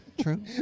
True